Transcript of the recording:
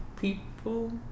people